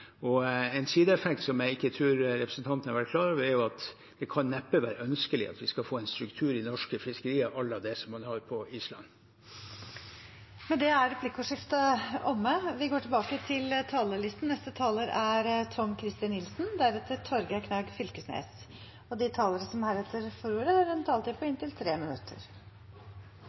En sideeffekt jeg ikke tror representanten har vært klar over, er at det neppe kan være ønskelig at vi skal få en struktur i norske fiskerier à la det man har på Island. Replikkordskiftet er omme. De talere som heretter får ordet, har også en taletid på inntil 3 minutter. Det jeg egentlig tar ordet til, er påstanden om at vi bagatelliserer dette forslaget. Det har vi langt fra gjort. Vi har